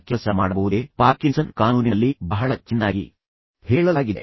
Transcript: ಈಗ ಮಾನವನ ಬಗ್ಗೆ ಮತ್ತೊಂದು ಪ್ರವೃತ್ತಿ ಇದೆ ಇದನ್ನು ಪಾರ್ಕಿನ್ಸನ್ Parkinson's ಕಾನೂನಿನಲ್ಲಿ ಬಹಳ ಚೆನ್ನಾಗಿ ಹೇಳಲಾಗಿದೆ